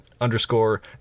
underscore